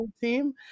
team